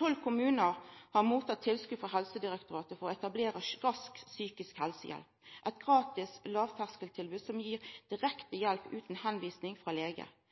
Tolv kommunar har motteke tilskot frå Helsedirektoratet for å etablera Rask psykisk helsehjelp, eit gratis lågterskeltilbod som gir direkte hjelp utan tilvising frå lege.